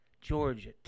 Georgia